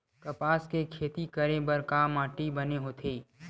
कपास के खेती करे बर का माटी बने होथे?